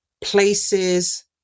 places